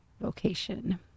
vocation